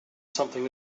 something